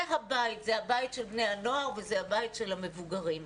זה הבית של בני הנוער וזה הבית של המבוגרים.